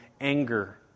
anger